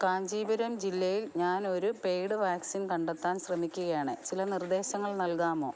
കാഞ്ചീപുരം ജില്ലയിൽ ഞാനൊരു paid vaccine കണ്ടെത്താൻ ശ്രമിക്കുകയാണ് ചില നിർദ്ദേശങ്ങൾ നൽകാമോ